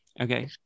Okay